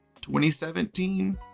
2017